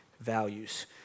values